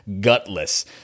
gutless